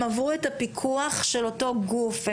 הם עברו את הפיקוח של אותו גוף.